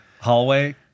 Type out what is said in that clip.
hallway